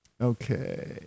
Okay